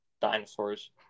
Dinosaurs